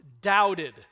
doubted